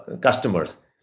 customers